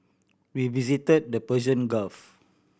we visited the Persian Gulf